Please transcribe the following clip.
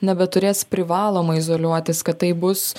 nebeturės privaloma izoliuotis kad tai bus